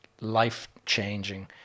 life-changing